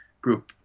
group